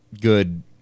good